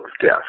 death